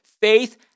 faith